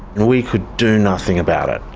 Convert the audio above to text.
and we could do nothing about it.